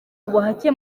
ubuhake